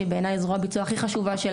שבעיניי היא זרוע ביצוע הכי חשובה של